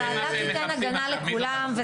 הוועדה תיתן הגנה לכולם.